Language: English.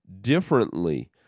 differently